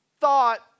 thought